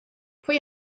pwy